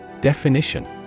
Definition